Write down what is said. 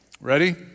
Ready